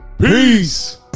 Peace